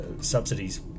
subsidies